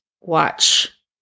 watch